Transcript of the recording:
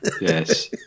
Yes